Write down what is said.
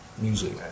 music